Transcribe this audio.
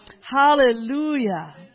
Hallelujah